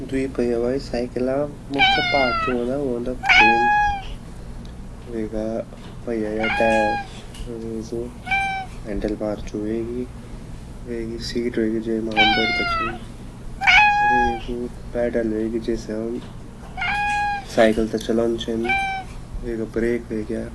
द्वी पैया साइकिला मुख्या पार्ट जु वोन्दा उ वोन्दा फ्रेम वेगा पाइया या टायर फिर वेगु हैंडल बार वेगि सीट वेगि जैमा हम बैठदा छिन वेगु पेडल वेगि जेसे हम साइकिल ते चलौंदा छिनअर वेगा ब्रेक वेग्या।